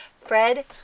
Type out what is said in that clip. Fred